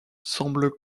semblent